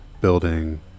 building